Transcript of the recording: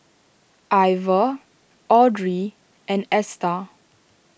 Iver Audrey and Esta